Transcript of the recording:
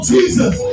Jesus